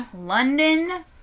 London